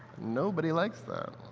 nobody likes them.